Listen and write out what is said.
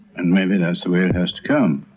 and maybe that's the way it has to come.